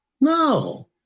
no